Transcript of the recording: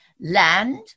land